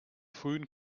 frühen